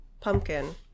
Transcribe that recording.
pumpkin